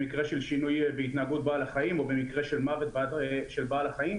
במקרה של שינוי בהתנהגות בעל החיים או במקרה של מוות של בעל החיים,